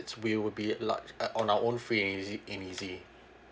we will be like uh on our own free and easy and easy